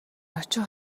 очих